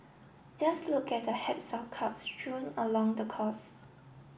just look at the haps of cups strewn along the course